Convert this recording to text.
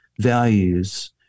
values